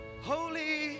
Holy